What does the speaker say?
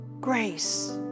grace